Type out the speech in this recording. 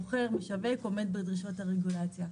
מוכר ומשווק עומד בדרישות הרגולציה.